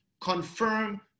Confirm